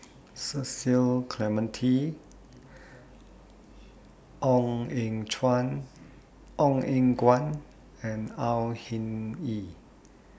Cecil Clementi Ong Eng Guan and Au Hing Yee